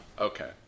Okay